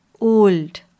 old